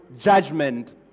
judgment